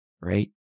right